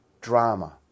drama